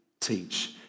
teach